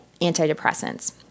antidepressants